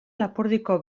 lapurdiko